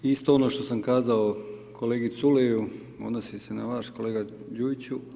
Isto ono što sam kazao kolegi Culeju odnosi se na vas kolega Đujiću.